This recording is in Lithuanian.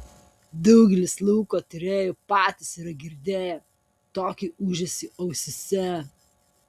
daugelis lauko tyrėjų patys yra girdėję tokį ūžesį ausyse